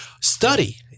Study